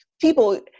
people